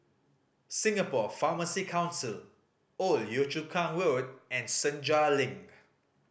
Singapore Pharmacy Council Old Yio Chu Kang Road and Senja Link